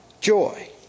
joy